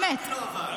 אבל אני פרגנתי לו.